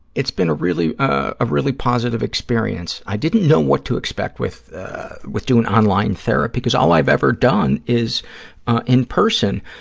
it's been a really ah really positive experience. i didn't know what to expect with with doing online therapy, because all i've ever done is in person,